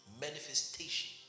manifestation